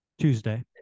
Tuesday